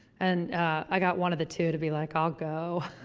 and i got one of the two to be like, i'll go